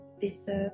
deserve